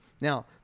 Now